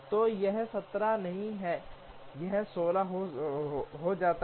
तो यह 17 नहीं है यह 16 हो जाता है